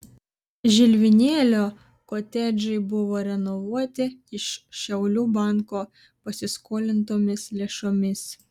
žilvinėlio kotedžai buvo renovuoti iš šiaulių banko pasiskolintomis lėšomis